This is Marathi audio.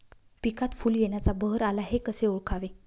पिकात फूल येण्याचा बहर आला हे कसे ओळखावे?